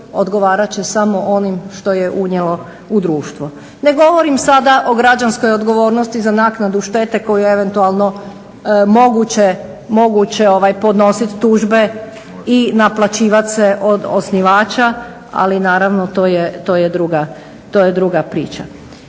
odgovarat će samo onim što je unijelo u društvo. Ne govorim sada o građanskoj odgovornosti za naknadu štete koju je eventualno moguće podnosit tužbe i naplaćivat se od osnivača, ali naravno to je druga priča.